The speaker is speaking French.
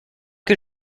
que